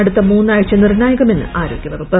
അടുത്ത് മൂന്നാഴ്ച നിർണ്ണായക്മെന്ന് ആരോഗ്യവകുപ്പ്